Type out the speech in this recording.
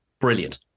Brilliant